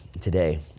today